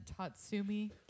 Tatsumi